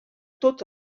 tots